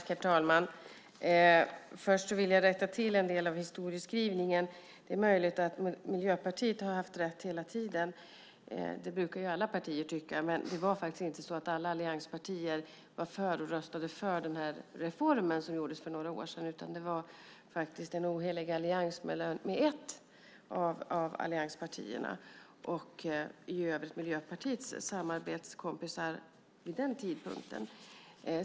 Herr talman! Först vill jag rätta en del av historieskrivningen. Det är möjligt att Miljöpartiet haft rätt hela tiden. Det brukar ju alla partier tycka att de har. Men alla allianspartier röstade faktiskt inte för den reform som gjordes för några år sedan, utan det var en ohelig allians med ett av allianspartierna. De övriga var Miljöpartiets samarbetskompisar vid den tidpunkten.